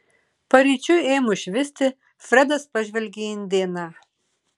paryčiui ėmus švisti fredas pažvelgė į indėną